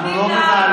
אנחנו לא מנהלים,